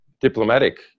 diplomatic